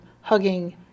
hugging